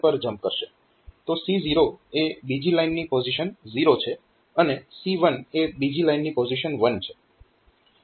તો C0 એ બીજી લાઇનની પોઝીશન 0 છે અને C1 એ બીજી લાઇનની પોઝીશન 1 છે